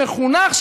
מחונך,